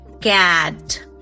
cat